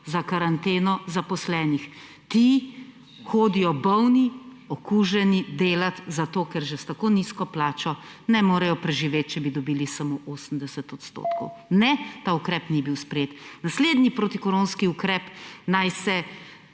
za karanteno zaposlenih. Ti hodijo bolni, okuženi delat zato, ker že s tako nizko plačo ne morejo preživeti, če bi dobili samo 80 %. Ne! Ta ukrep ni bil sprejet. Naslednji protikoronski ukrep, naj se